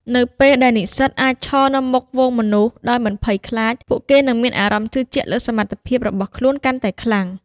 នៅពេលដែលនិស្សិតអាចឈរនៅមុខហ្វូងមនុស្សដោយមិនភ័យខ្លាច ពួកគេនឹងមានអារម្មណ៍ជឿជាក់លើសមត្ថភាពរបស់ខ្លួនកាន់តែខ្លាំង។